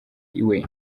iwe